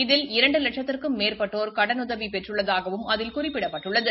இதில் இரண்டு லட்சத்திற்கும் மேற்பட்டோர் கடனுதவி பெற்றுள்ளதாகவும் அதில் குறிப்பிடப்பட்டுள்ளது